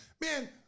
man